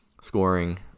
scoring